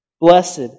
Blessed